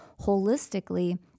holistically